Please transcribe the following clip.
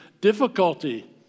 difficulty